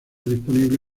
disponible